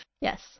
Yes